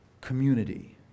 community